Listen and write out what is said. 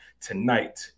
tonight